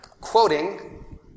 quoting